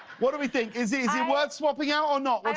what do we think? is he worth swapping out or not?